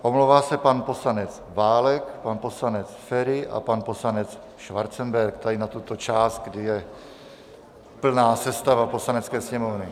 Omlouvá se pan poslanec Válek, pan poslanec Feri a pan poslanec Schwarzenberg tady na tuto část, kdy je plná sestava Poslanecké sněmovny.